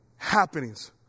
happenings